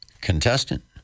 contestant